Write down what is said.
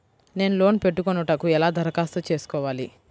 నేను లోన్ పెట్టుకొనుటకు ఎలా దరఖాస్తు చేసుకోవాలి?